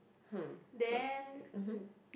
hm so six mhm